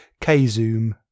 K-Zoom